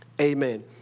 Amen